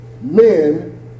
men